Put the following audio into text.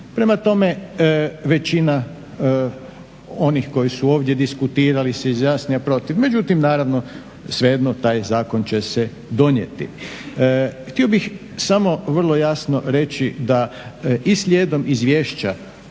Prema tome, većina onih koji su ovdje diskutirali izjasnili su se protiv, međutim naravno svejedno taj zakon će se donijeti. Htio bih samo vrlo jasno reći da i slijedom izvješća